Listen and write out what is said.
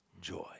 joy